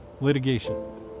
Litigation